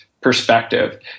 perspective